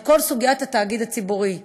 על כל סוגיית התאגיד הציבורי.